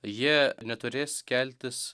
jie neturės keltis